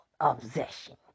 obsession